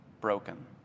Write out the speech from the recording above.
broken